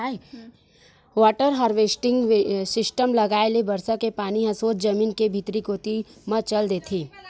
water harvesting system लगाए ले बरसा के पानी ह सोझ जमीन के भीतरी कोती म चल देथे